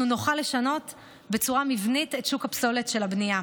נוכל לשנות בצורה מבנית את שוק הפסולת של הבנייה.